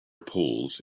poles